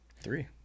three